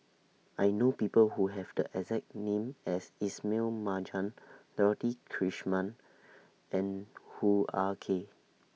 I know People Who Have The exact name as Ismail Marjan Dorothy Krishnan and Hoo Ah Kay